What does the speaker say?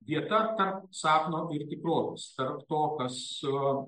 vieta tarp sapno ir tikrovės tarp to kas